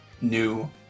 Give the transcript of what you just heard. new